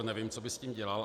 Nevím, co by s tím dělal.